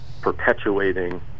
perpetuating